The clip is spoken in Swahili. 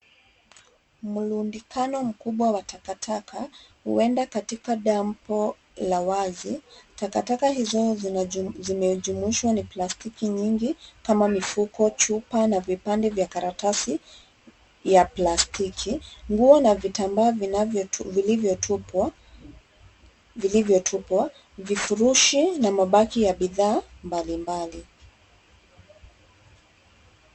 Mrundikano mkubwa wa takataka huenda kuwa katika dampo la wazi. Takataka hizo zimejumuishwa, ni plastiki nyingi kama mifuko, chupa na vipande vya karatasi ya plastiki. Nguo na vitambaa vilivyotupwa, vifurushi na mabaki ya bidhaa mbalimbali.